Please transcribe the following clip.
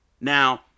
Now